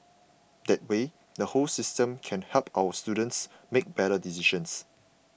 that way the whole system can help our students make better decisions